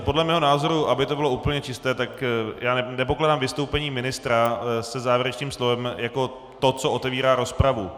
Podle mého názoru, aby to bylo úplně čisté, tak já nepokládám vystoupení ministra se závěrečným slovem jako to, co otevírá rozpravu.